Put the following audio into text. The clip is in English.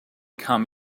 come